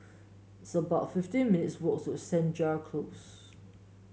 it's about fifty minutes' walk to Senja Close